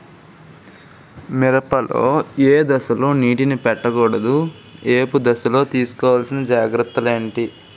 మిరప లో ఏ దశలో నీటినీ పట్టకూడదు? ఏపు దశలో తీసుకోవాల్సిన జాగ్రత్తలు ఏంటి?